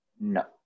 no